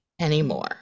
anymore